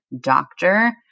doctor